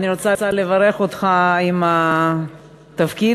אני רוצה לברך אותך לרגל התפקיד,